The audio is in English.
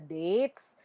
dates